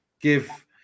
give